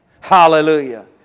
Hallelujah